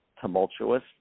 tumultuous